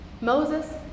Moses